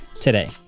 today